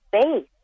space